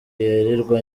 yirirwa